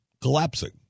collapsing